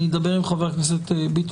אני אדבר עם יושב ראש ועדת הכלכלה.